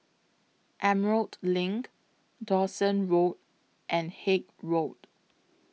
Emerald LINK Dawson Road and Haig Road